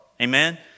amen